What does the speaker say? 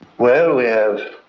well, we have